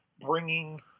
bringing